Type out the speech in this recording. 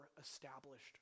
established